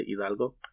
Hidalgo